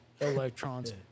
electrons